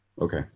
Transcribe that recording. Okay